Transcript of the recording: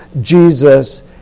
Jesus